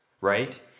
right